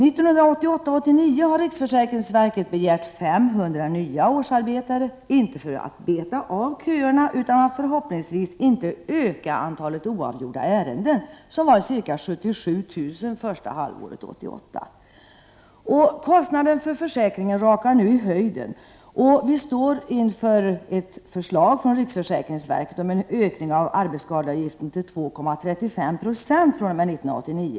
Inför budgetåret 1988/89 har riksförsäkringsverket begärt 500 nya årsarbetare — inte för att beta av köerna utan för att förhoppningsvis inte öka antalet oavgjorda ärenden som var ca 77 000 första halvåret 1988. Kostnaden för försäkringen rakar nu i höjden, och riksförsäkringsverket föreslår att arbetsskadeavgiften skall öka till 2,35 2 fr.o.m. 1989.